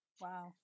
Wow